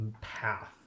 path